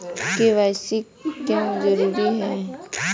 KYC क्यों जरूरी है?